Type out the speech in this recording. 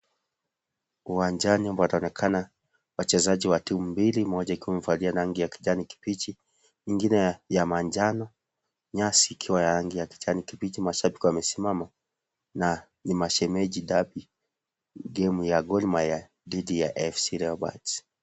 Uwanjani wanaonekana wachezaji wa timu mbili moja ikiwa imevalia rangi ya kijani kibichi ingine ya ya manjano, nyasi ikiwa ya rangi ya kijani kibichi. Mashabaki wamesimama na ni mashemeji dambi game ya Gol-Mahia dhidi AFC Leopards.